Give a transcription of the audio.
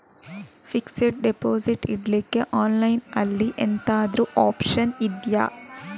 Fixed deposit ಇಡ್ಲಿಕ್ಕೆ online ಅಲ್ಲಿ ಎಂತಾದ್ರೂ ಒಪ್ಶನ್ ಇದ್ಯಾ?